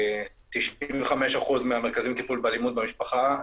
ב-95% מהמרכזים לטיפול באלימות במשפחה,